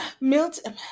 Milton